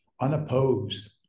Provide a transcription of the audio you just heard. unopposed